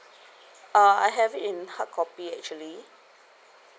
uh I have it in hardcopy actually